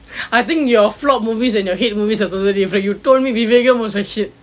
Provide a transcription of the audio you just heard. I think your flop movies and your hate movies are totally fake you told me Vivegam was like shit